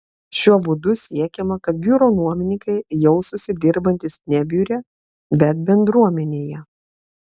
šiuo būdu siekiama kad biuro nuomininkai jaustųsi dirbantys ne biure bet bendruomenėje